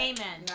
Amen